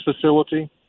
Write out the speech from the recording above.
facility